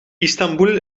istanboel